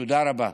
תודה רבה.